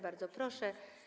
Bardzo proszę.